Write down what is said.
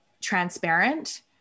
transparent